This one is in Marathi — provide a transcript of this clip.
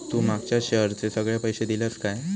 तू मागच्या शेअरचे सगळे पैशे दिलंस काय?